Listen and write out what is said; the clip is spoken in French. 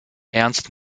ernst